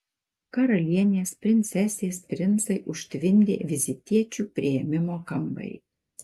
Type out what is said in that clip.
karalienės princesės princai užtvindė vizitiečių priėmimo kambarį